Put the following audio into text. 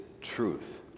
truth